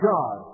God